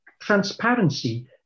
transparency